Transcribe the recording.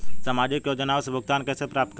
सामाजिक योजनाओं से भुगतान कैसे प्राप्त करें?